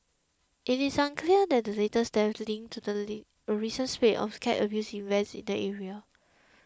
it is unclear that the latest death is linked to a recent spate of cat abuse incidents in the area